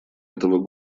этого